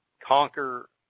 conquer